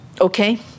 Okay